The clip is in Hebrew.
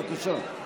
בבקשה.